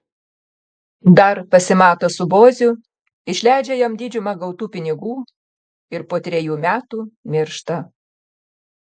dar pasimato su boziu išleidžia jam didžiumą gautų pinigų ir po trejų metų miršta